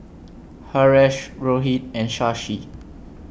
Haresh Rohit and Shashi